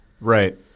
Right